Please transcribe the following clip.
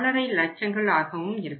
5 லட்சங்கள் ஆகவும் இருக்கும்